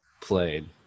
played